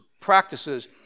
practices